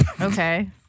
Okay